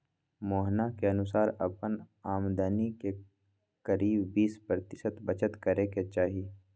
मोहना के अनुसार अपन आमदनी के करीब बीस प्रतिशत बचत करे के ही चाहि